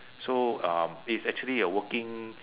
so um it's actually a working